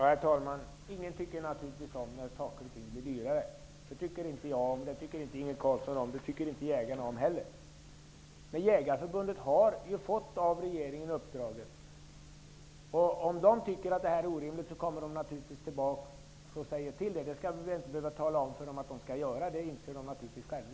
Herr talman! Naturligtvis är det ingen som tycker om att saker och ting blir dyrare. Det gör varken jag eller Inge Carlsson, och det gör inte heller jägarna. Men Jägareförbundet har fått ett uppdrag av regeringen. Om man tycker att det här är orimligt, kommer man naturligtvis tillbaka och säger till. Det behöver vi inte be Jägareförbundet att göra. Naturligtvis inser man det själv.